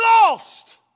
lost